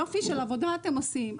יופי של עבודה אתם עושים,